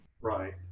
Right